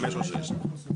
חמש או שש, כן.